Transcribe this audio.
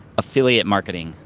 affiliate marketing,